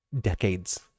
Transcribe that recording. decades